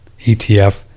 ETF